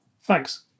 Thanks